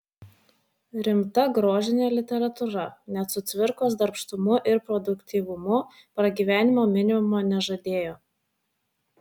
rimta grožinė literatūra net su cvirkos darbštumu ir produktyvumu pragyvenimo minimumo nežadėjo